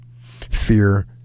fear